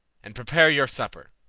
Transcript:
and prepare your supper.